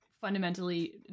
fundamentally